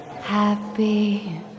happy